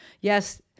Yes